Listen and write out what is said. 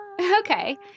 Okay